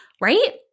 right